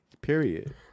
period